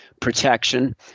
protection